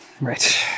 Right